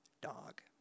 dog